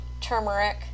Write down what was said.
turmeric